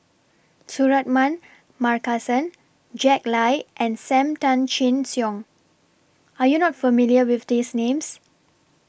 Suratman Markasan Jack Lai and SAM Tan Chin Siong Are YOU not familiar with These Names